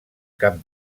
cap